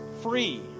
free